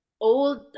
old